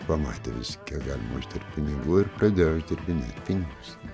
pamatė visi kiek galima uždirbt pinigų ir pradėjo uždirbinėt pinigus